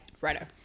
Righto